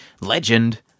legend